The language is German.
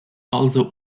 also